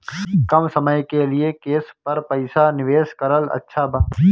कम समय के लिए केस पर पईसा निवेश करल अच्छा बा?